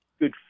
good